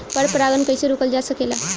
पर परागन कइसे रोकल जा सकेला?